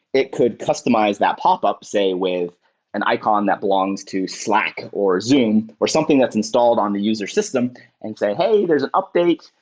it could customize that popup say with an icon that belongs to slack or zoom or something that's installed on the user system and say, hey, there's an update.